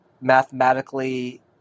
mathematically